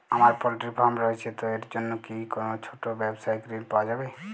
আমার poultry farm রয়েছে তো এর জন্য কি কোনো ছোটো ব্যাবসায়িক ঋণ পাওয়া যাবে?